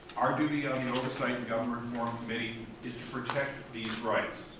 our duty on the oversight and government reform committee is to protect these rights.